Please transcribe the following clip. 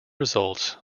results